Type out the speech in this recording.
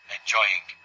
enjoying